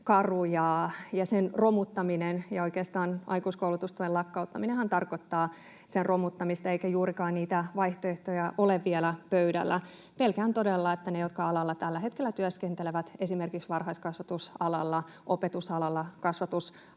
sen romuttaminen. Oikeastaan aikuiskoulutustuen lakkauttaminenhan tarkoittaa sen romuttamista, eikä juurikaan vaihtoehtoja ole vielä pöydällä. Pelkään todella, että näiden ihmisten, jotka tällä hetkellä työskentelevät esimerkiksi varhaiskasvatusalalla, opetusalalla, kasvatusalalla,